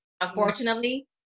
Unfortunately